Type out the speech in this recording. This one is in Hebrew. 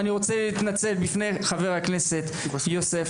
אני רוצה להתנצל בפני חבר הכנסת יוסף